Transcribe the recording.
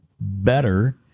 better